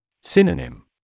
Synonym